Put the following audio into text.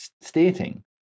stating